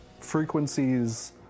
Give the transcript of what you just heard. frequencies